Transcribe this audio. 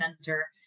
center